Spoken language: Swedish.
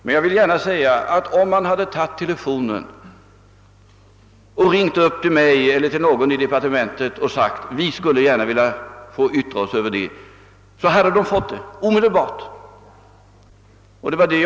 Men om man hade tagit telefonen, ringt upp mig eller någon i departementet och sagt: »Vi skulle gärna vilja yttra oss», då hade man omedelbart fått göra det.